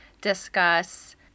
discuss